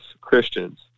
Christians